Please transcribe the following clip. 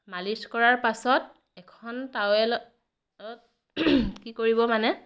মালিচ কৰাৰ পাছত এখন টাৱেলত অত কি কৰিব মানে